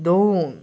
दोन